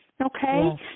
okay